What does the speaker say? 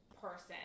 person